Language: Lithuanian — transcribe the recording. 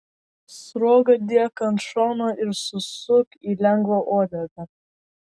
sruogą dėk ant šono ir susuk į lengvą uodegą